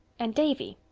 and, davy.